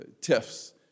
tiffs